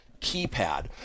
keypad